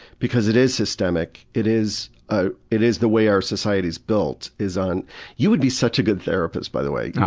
because it is systemic, it is ah it is the way our society is built, is on you would be such a good therapist, by the way. yeah